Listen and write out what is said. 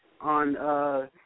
on